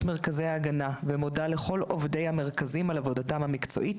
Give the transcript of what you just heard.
מרכזי ההגנה ומודה לכל עובדי המרכזים על עבודתם המקצועית.